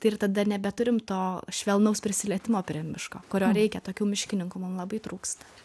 tai ir tada nebeturim to švelnaus prisilietimo prie miško kurio reikia tokių miškininkų mum labai trūksta